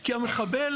כי המחבל